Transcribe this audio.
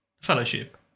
Fellowship